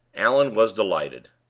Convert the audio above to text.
allan was delighted.